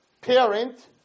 parent